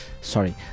Sorry